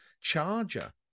charger